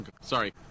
sorry